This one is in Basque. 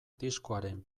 diskoaren